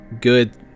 good